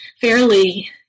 fairly